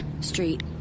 Street